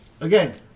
again